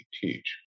teach